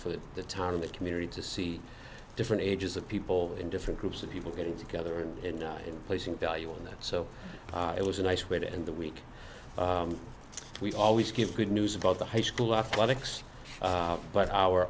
for the town in that community to see different ages of people in different groups of people getting together and you know placing value in that so it was a nice way to end the week we always keep good news about the high school athletics but our